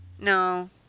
No